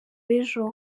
ejo